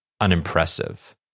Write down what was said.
unimpressive